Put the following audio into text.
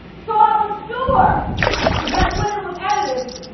so i was sure that when it was edited,